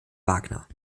wagner